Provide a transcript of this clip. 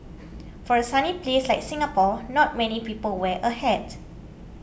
for a sunny place like Singapore not many people wear a hat